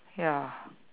ya